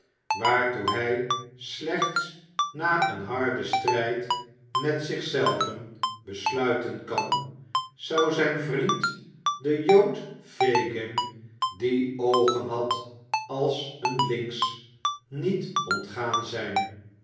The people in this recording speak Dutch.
waartoe hij slechts na een harden strijd met zich zelven besluiten kan zou zijn vriend den jood fagin die oogen had als een lynx niet ontgaan zijn